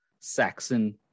Saxon